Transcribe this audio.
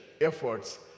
efforts